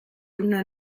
una